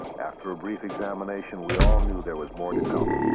after a brief examination, we all knew there was more to come.